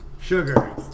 Sugar